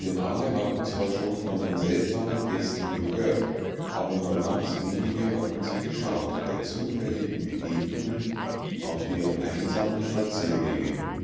denn alle hatten zwar schon von den seltsamen gästen gehört aber nur ganz wenige hatten sie geschaut bei zufälligen begegnungen auf deren einsamen spaziergängen